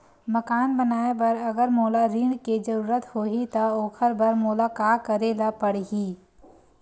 मकान बनाये बर अगर मोला ऋण के जरूरत होही त ओखर बर मोला का करे ल पड़हि?